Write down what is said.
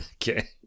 Okay